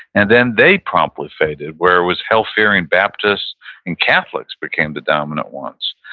and then they promptly faded, where it was hell-fearing baptists and catholics became the dominant ones.